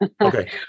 Okay